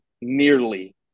nearly